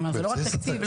התקציב.